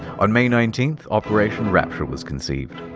on may nineteenth, operation rapture was conceived.